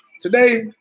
today